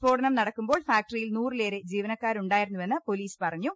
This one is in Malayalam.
സ്ഫോടനം നടക്കുമ്പോൾ ഫാക്ടറി യിൽ നൂറിലേറെ ജീവനക്കാരുണ്ടായിരുന്നെന്ന് പൊലീസ് പറഞ്ഞു